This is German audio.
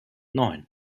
neun